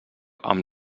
amb